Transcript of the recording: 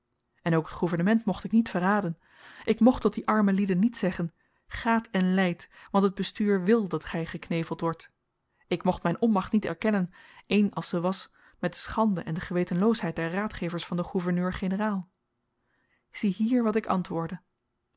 en ook t gouvernement mocht ik niet verraden ik mocht tot die arme lieden niet zeggen gaat en lydt want het bestuur wil dat gy gekneveld wordt ik mocht myn onmacht niet erkennen één als ze was met de schande en de gewetenloosheid der raadgevers van den gouverneur-generaal ziehier wat ik antwoordde